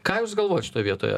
ką jūs galvojat šitoj vietoje